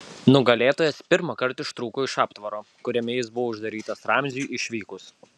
nugalėtojas pirmąkart ištrūko iš aptvaro kuriame jis buvo uždarytas ramziui išvykus